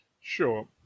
Sure